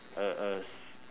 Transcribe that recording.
a a s~